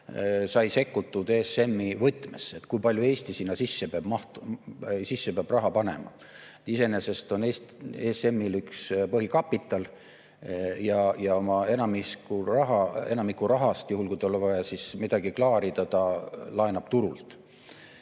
sai sekkutud ESM-i võtmesse, et kui palju Eesti sinna sisse peab raha panema. Iseenesest on ESM-il üks põhikapital ja oma enamiku rahast, juhul kui tal on vaja midagi klaarida, ta laenab turult.